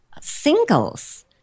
singles